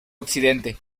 occidente